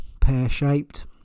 pear-shaped